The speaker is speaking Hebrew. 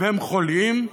והם חולים.